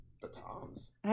batons